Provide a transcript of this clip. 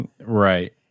Right